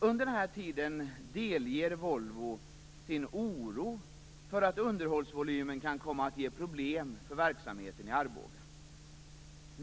Under den här tiden delgav Volvo sin oro för att underhållsvolymen kunde komma att ge problem för verksamheten i Arboga.